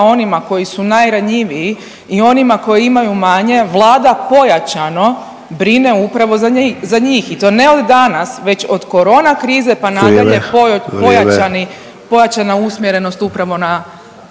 onima koji su najranjiviji i onima koji imaju manje, Vlada pojačano brine upravo za njih i to ne od danas već od korona krize pa nadalje .../Upadica: Vrijeme. Vrijeme./...